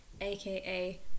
aka